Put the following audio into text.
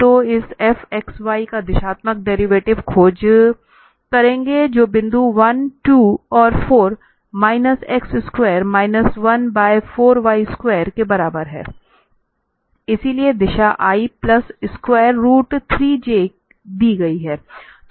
तो इस fxy का दिशात्मक डेरिवेटिव खोज करेंगे जो बिंदु 12 पर 4 minus x square minus 1 by 4 y square के बराबर है इसलिए दिशा i plus square root 3j दी गई है